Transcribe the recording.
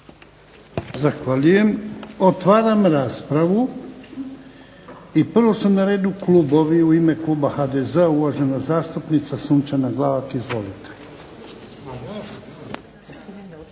Zahvaljujem. Otvaram raspravu i prvo su na redu klubovi. U ime kluba HDZ-a uvažena zastupnica Sunčana Glavak. Izvolite.